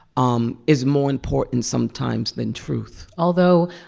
um is more important sometimes than truth although,